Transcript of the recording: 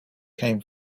came